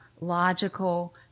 logical